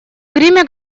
гриме